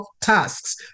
tasks